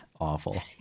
awful